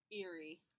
Eerie